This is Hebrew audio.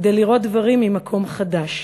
כדי לראות דברים ממקום חדש".